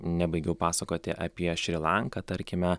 nebaigiau pasakoti apie šri lanką tarkime